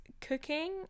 cooking